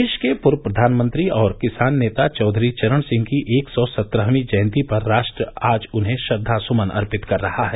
देश के पूर्व प्रधानमंत्री और किसान नेता चौधरी चरण सिंह की एक सौ सत्रहवीं जयन्ती पर राष्ट्र आज उन्हें श्रद्वासुमन अर्पित कर रहा है